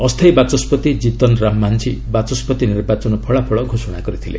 ଅସ୍ଥାୟୀ ବାଚସ୍କତି ଜିତନ ରାମ ମାଂଝୀ ବାଚସ୍କତି ନିର୍ବାଚନ ଫଳାଫଳ ଘୋଷଣା କରିଥିଲେ